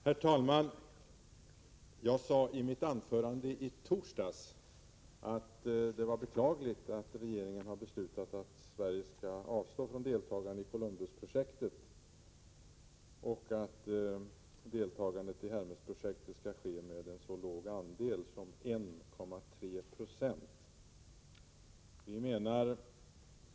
Herr talman! I mitt anförande i torsdags sade jag att det är beklagligt att regeringen har beslutat att Sverige skall avstå från deltagande i Columbusprojektet samt att deltagandet i Hermesprojektet skall ske med så låg andel som 1,3 96.